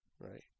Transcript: Right